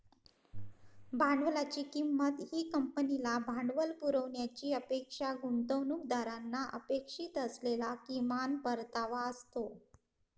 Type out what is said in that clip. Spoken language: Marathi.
भांडवलाची किंमत ही कंपनीला भांडवल पुरवण्याची अपेक्षा गुंतवणूकदारांना अपेक्षित असलेला किमान परतावा असतो